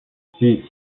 six